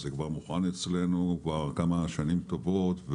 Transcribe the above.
זה כבר מוכן אצלנו כבר כמה שנים טובות.